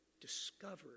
discovered